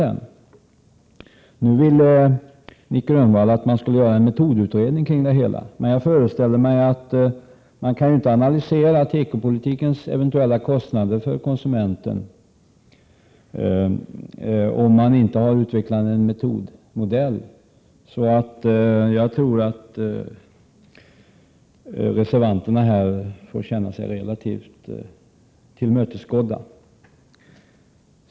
Nic Grönvall ville nu att man skulle göra en metodutredning kring det hela, men jag föreställer mig att man inte gärna kan analysera tekopolitikens eventuella kostnader för konsumenten om man inte har utvecklat en metodmodell. Jag tror därför att reservanterna får känna sig relativt väl tillmötesgångna.